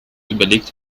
überlegt